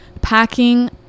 packing